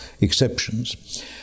exceptions